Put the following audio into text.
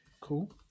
Cool